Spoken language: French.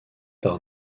par